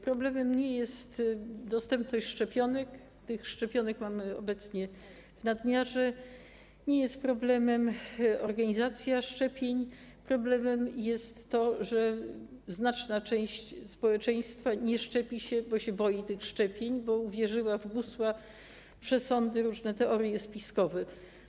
Problemem nie jest dostępność szczepionek, tych szczepionek mamy obecnie w nadmiarze, nie jest też problemem organizacja szczepień, natomiast problemem jest to, że znaczna część społeczeństwa nie szczepi się, bo się boi tych szczepień, bo uwierzyła w gusła, przesądy, różne teorie spiskowe.